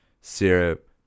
Syrup